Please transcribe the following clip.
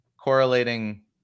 correlating